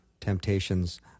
temptations